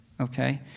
okay